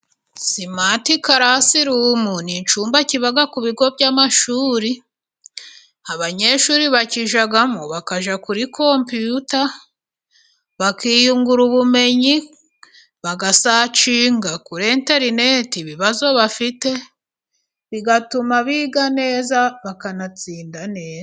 Simati karasi rumu， ni icyumba kiba ku bigo by'amashuri，abanyeshuri bakijyamo bakajya kuri kompiyuta，bakiyungura ubumenyi，bagasacinga kuri interineti ibibazo bafite， bigatuma biga neza bakanatsinda neza.